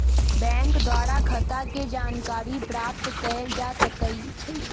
bank द्वारा खता के जानकारी प्राप्त कएल जा सकइ छइ